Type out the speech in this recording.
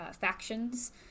factions